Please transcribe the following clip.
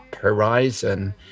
horizon